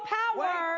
power